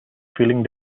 feeling